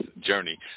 journey